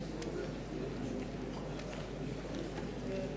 הודעה למזכירות הכנסת, לסגן